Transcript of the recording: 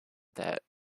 that